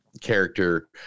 character